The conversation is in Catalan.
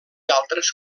altres